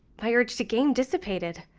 my urge to game dissipated.